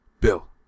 Bill